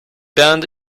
band